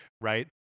right